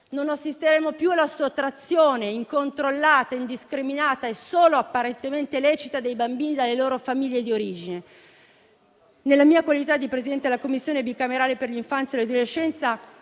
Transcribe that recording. Non assisteremo più alla sottrazione incontrollata, indiscriminata e solo apparentemente lecita dei bambini alle loro famiglie di origine. Nella mia qualità di Presidente della Commissione bicamerale per l'infanzia e l'adolescenza,